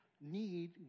need